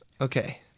Okay